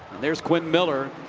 there's quinn miller.